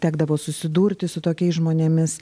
tekdavo susidurti su tokiais žmonėmis